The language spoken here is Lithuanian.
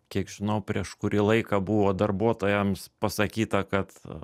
kiek žinau prieš kurį laiką buvo darbuotojams pasakyta kad